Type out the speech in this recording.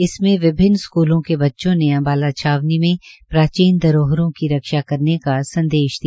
इसमे विभिन्न स्कूलों के बच्चों ने अम्बाला छावनी में प्राचीन धरोहरों की रक्षा करने का संदेश दिया